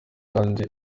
kandi